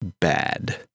bad